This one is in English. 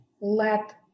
let